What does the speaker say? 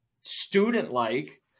student-like